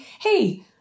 hey